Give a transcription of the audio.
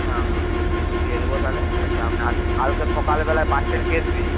হাঁ হাঁ হাঁ নিয়ে নেবো তাহলে কোনো চাপ নাই আর কালকে সকালবেলায় বাস স্ট্যান্ড গিয়ে দেখবি